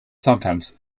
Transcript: sometimes